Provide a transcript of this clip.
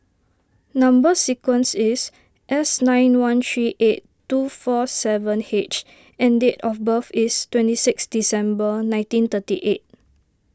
Number Sequence is S nine one three eight two four seven H and date of birth is twenty six December nineteen thirty eight